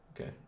Okay